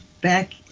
back